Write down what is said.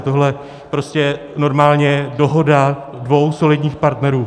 Tohle je prostě normálně dohoda dvou solidních partnerů.